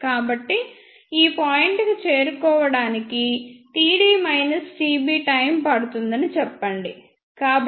కాబట్టి ఈ పాయింట్ కు చేరుకోవడానికి td tb టైమ్ పడుతుందని చెప్పండి